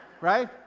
right